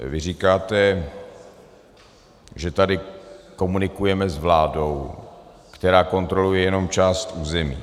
Vy říkáte, že tady komunikujeme s vládou, která kontroluje jenom část území.